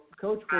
Coach